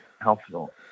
helpful